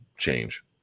change